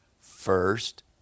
first